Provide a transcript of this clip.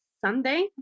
Sunday